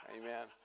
Amen